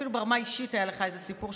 אפילו ברמה האישית היה לך איזה סיפור,